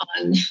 on